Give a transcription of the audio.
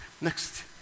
Next